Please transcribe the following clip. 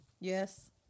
Yes